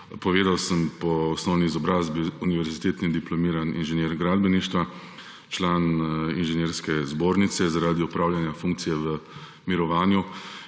povedal, sem po osnovni izobrazbi univerzitetni diplomirani inženir gradbeništva, član Inženirske zbornice, zaradi opravljanja funkcije v mirovanju